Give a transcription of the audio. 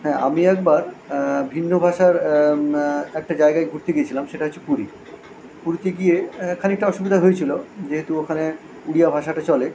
হ্যাঁ আমি একবার ভিন্ন ভাষার একটা জায়গায় ঘুরতে গিয়েছিলাম সেটা হচ্ছে পুরী পুরীতে গিয়ে খানিকটা অসুবিধা হয়েছিল যেহেতু ওখানে উড়িয়া ভাষাটা চলে